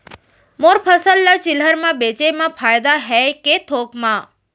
मोर फसल ल चिल्हर में बेचे म फायदा है के थोक म?